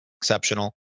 exceptional